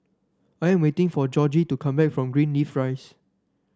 I am waiting for Georgie to come back from Greenleaf Rise